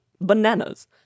bananas